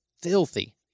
filthy